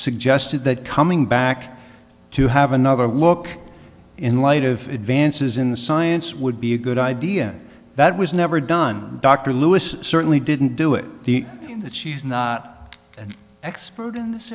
suggested that coming back to have another look in light of advances in the science would be a good idea that was never done dr lewis certainly didn't do it the thing that she's not an expert in this